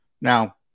Now